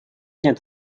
нет